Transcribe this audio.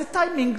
זה טיימינג,